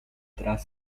tras